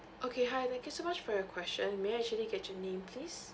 okay hi thank you so much for your question may I actually get your name please